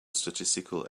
statistical